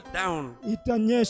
down